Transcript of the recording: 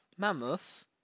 Mammoth